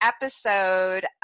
episode